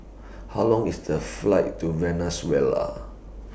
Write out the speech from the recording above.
How Long IS The Flight to Venezuela